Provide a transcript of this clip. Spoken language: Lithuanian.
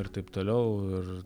ir taip toliau ir